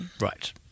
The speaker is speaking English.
Right